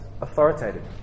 authoritative